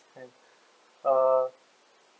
and uh